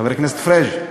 חבר הכנסת פריג',